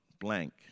blank